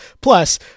Plus